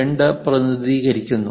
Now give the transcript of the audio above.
02 പ്രതിനിധീകരിക്കുന്നു